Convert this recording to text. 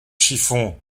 chiffon